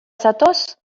zatoz